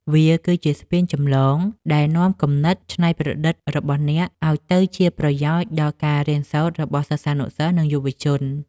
វាគឺជាស្ពានចម្លងដែលនាំគំនិតច្នៃប្រឌិតរបស់អ្នក ឱ្យទៅជាប្រយោជន៍ដល់ការរៀនសូត្ររបស់សិស្សានុសិស្ស និងយុវជន។